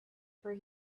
for